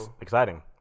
Exciting